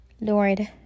Lord